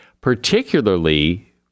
particularly